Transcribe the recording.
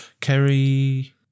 Kerry